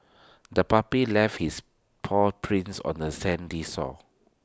the puppy left its paw prints on the sandy shore